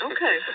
Okay